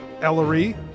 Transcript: Ellery